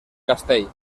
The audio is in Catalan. castell